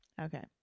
Okay